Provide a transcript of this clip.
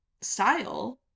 style